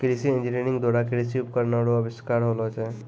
कृषि इंजीनियरिंग द्वारा कृषि उपकरण रो अविष्कार होलो छै